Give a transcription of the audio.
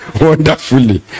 wonderfully